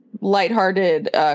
lighthearted